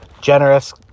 generous